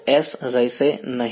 તે માં કોઈ vs રહેશે નહીં